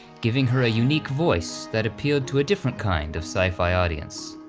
giving her a unique voice that appealed to a different kind of sci-fi audience.